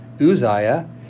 Uzziah